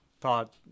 thought